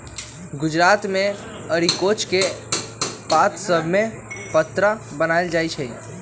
गुजरात मे अरिकोच के पात सभसे पत्रा बनाएल जाइ छइ